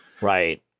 Right